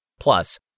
Plus